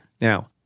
Now